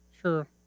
Sure